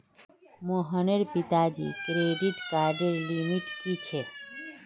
मोहनेर पिताजीर क्रेडिट कार्डर लिमिट की छेक